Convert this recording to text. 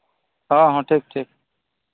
ᱦᱚᱸ ᱦᱚᱸ ᱴᱷᱤᱠ ᱴᱷᱤᱠ